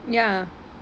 ya